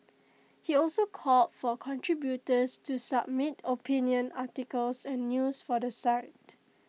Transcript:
he also called for contributors to submit opinion articles and news for the site